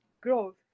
growth